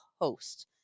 host